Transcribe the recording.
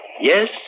Yes